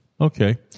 Okay